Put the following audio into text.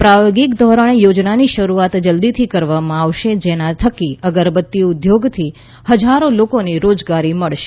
પ્રાયોગિક ધોરણે યોજનાની શરૂઆત જલ્દીથી કરવામાં આવશે જેના થકી અગરબત્તી ઉદ્યોગથી હજારો લોકોને રોજગારી મળશે